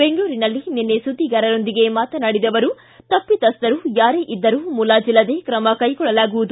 ಬೆಂಗಳೂರಿನಲ್ಲಿ ನಿನ್ನೆ ಸುದ್ದಿಗಾರರೊಂದಿಗೆ ಮಾತನಾಡಿದ ಅವರು ತಪ್ಪಿತಸ್ಥರೂ ಯಾರೇ ಇದ್ದರೂ ಮುಲಾಜಿಲ್ಲದೆ ತ್ರಮ ಕ್ಕೆಗೊಳ್ಳಲಾಗುವುದು